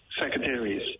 Secretaries